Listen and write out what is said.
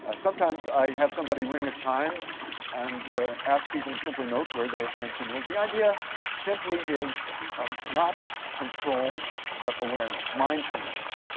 and sometimes i have somebody ring a chime and ask people to simply note where their attention is. the idea simply is um not control, but awareness, mindfulness,